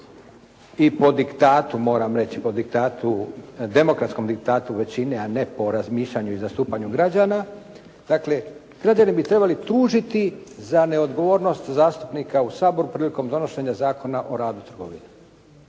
i po diktatu, moram reći, po diktatu, demokratskom diktatu većine a ne po razmišljanju i zastupanju građana. Dakle, građani bi trebali tužiti za neodgovornost zastupnika u Saboru prilikom donošenja Zakona o radu trgovina.